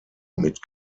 mit